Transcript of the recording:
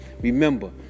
remember